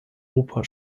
oper